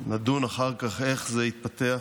נדון אחר כך איך זה התפתח.